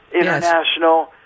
international